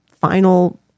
final